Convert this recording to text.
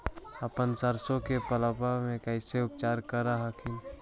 अपन सरसो के फसल्बा मे कैसे उपचार कर हखिन?